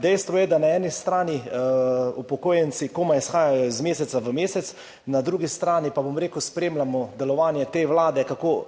Dejstvo je, da na eni strani upokojenci komaj shajajo iz meseca v mesec, na drugi strani pa, bom rekel, spremljamo delovanje te vlade, kako